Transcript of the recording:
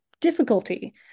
difficulty